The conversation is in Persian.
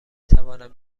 توانم